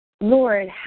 Lord